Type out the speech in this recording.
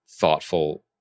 Thoughtful